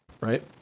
right